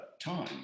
time